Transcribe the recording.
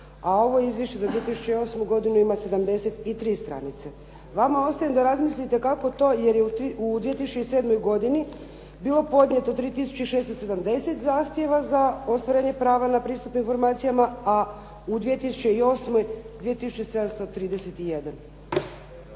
a ovo izvješće za 2008. godinu ima 73 stranice. Vama ostavljam da razmislite kako to jer je u 2007. godini bilo podnijeto 3 tisuće 670 zahtjeva za ostvarenje prava na pristup informacijama a u 2008. 2